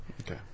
Okay